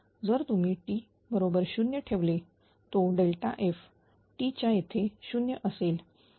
जर तुम्ही t बरोबर 0 ठेवले तो F t चा येथे 0 असेल